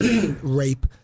rape